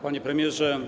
Panie Premierze!